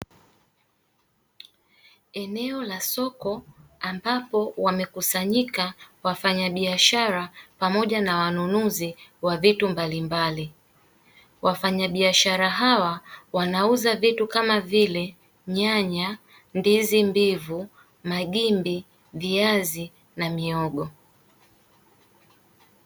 Eneo la soko ambapo wamekusanyika wafanya biashara pamoja na wanunuzi wa vitu mbalimbali, wafanya biashara hao wanauza vitu kama vile nyanya, ndizi mbivu, magimbi, viazi na mihogo.